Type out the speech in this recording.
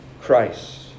Christ